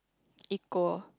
equal